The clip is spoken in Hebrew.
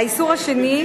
האיסור השני,